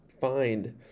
find